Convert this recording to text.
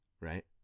right